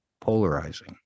polarizing